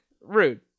Rude